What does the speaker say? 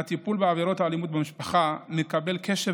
הטיפול בעבירות אלימות במשפחה מקבל קשב